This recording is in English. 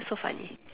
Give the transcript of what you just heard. so funny